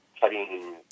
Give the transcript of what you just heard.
cutting